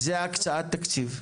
זו הקצאת תקציב?